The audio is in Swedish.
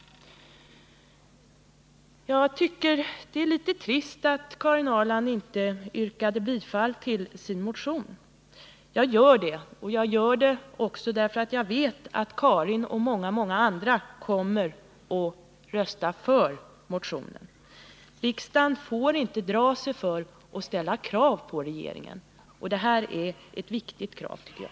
Jag tycker det är litet trist att Karin Ahrland inte yrkade bifall till sin motion. Jag gör det, och jag gör det också därför att jag vet att Karin Ahrland och många andra kommer att rösta för den. Riksdagen får inte dra sig för att ställa krav på regeringen, och det här är ett viktigt krav, tycker jag.